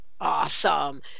Awesome